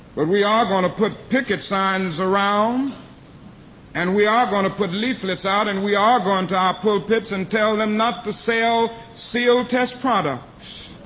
but we are going to put picket signs around and we are going to put leaflets out and we are going to our pulpits and tell them not to sell sealtest products,